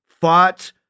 fought